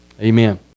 amen